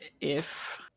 if-